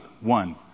one